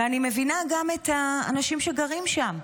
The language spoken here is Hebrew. ואני מבינה גם את האנשים שגרים שם,